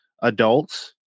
adults